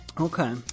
Okay